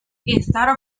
estar